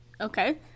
Okay